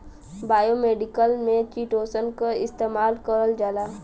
biomedical में chitosan क इस्तेमाल करल जाला